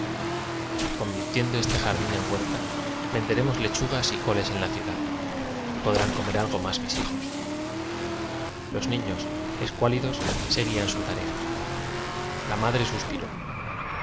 convirtiendo este jardín en huerta venderemos lechugas y coles en la ciudad y podrán comer algo más mis hijos los niños escuálidos seguían su tarea la madre suspiró